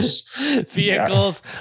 vehicles